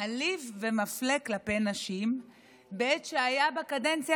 מעליב ומפלה כלפי נשים בעת שהיה בקדנציה